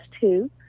two